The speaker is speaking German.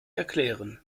erklären